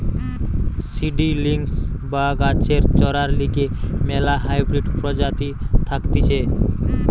seedlings বা গাছের চরার লিগে ম্যালা হাইব্রিড প্রজাতি থাকতিছে